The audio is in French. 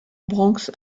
bronx